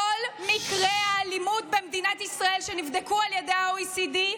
כל מקרי האלימות במדינת ישראל שנבדקו על ידי ה-OECD,